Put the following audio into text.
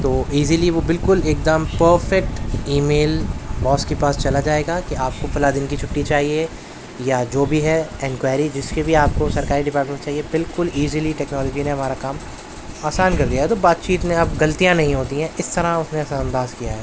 تو ایزیلی وہ بالکل ایک دم پرفیکٹ ای میل باس کے پاس چلا جائے گا کہ آپ کو فلاں دن کی چھٹی چاہیے یا جو بھی ہے انکوائری جس کے بھی آپ کو سرکاری ڈپارٹمنٹ میں چاہیے بالکل ایزیلی ٹیکنالوجی نے ہمارا کام آسان کر دیا ہے تو بات چیت میں اب غلطیاں نہیں ہوتی ہیں اس طرح اس نے ایسا انداز کیا ہے